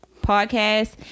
podcast